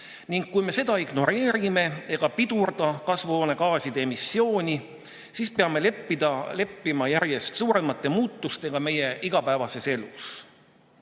ning kui me seda ignoreerime ega pidurda kasvuhoonegaaside emissiooni, siis peame leppima järjest suuremate muutustega meie igapäevases elus.